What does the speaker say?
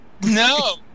No